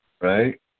right